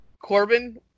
Corbin